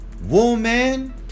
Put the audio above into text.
Woman